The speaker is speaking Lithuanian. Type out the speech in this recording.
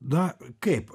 na kaip